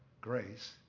grace